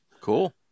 Cool